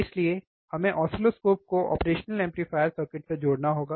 इसलिए हमें ऑसिलोस्कोप को ऑपरेशनल एम्पलीफायर सर्किट से जोड़ना होगा